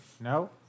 No